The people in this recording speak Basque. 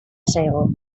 zaigu